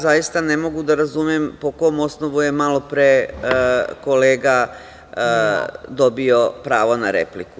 Zaista ne mogu da razumem po kom osnovu je malopre kolega dobio pravo na repliku?